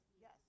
yes